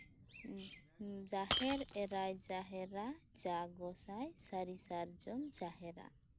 ᱡᱟᱦᱮᱨ ᱮᱨᱟᱭ ᱡᱟᱦᱮᱨᱟ ᱡᱟ ᱜᱚᱸᱥᱟᱭ ᱥᱟᱹᱨᱤ ᱥᱟᱨᱡᱚᱢ ᱡᱟᱦᱮᱨᱟ